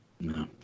No